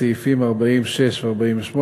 סעיפים 40(6) ו-48,